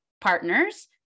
partners